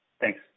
Thanks